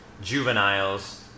juveniles